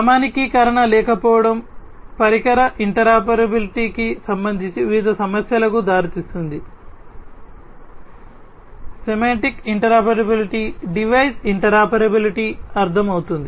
ప్రామాణీకరణ లేకపోవడం పరికర ఇంటర్పెరాబిలిటీకి సంబంధించిన వివిధ సమస్యలకు దారితీస్తుంది సెమాంటిక్ ఇంటర్పెరాబిలిటీ డివైస్ ఇంటర్పెరాబిలిటీ అర్థం అవుతుంది